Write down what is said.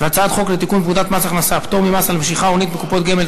הצעת חוק לתיקון פקודת מס הכנסה (פטור ממס על משיכה הונית מקופות גמל),